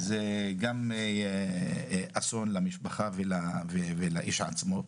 זה גם אסון למשפחה ולאיש עצמו.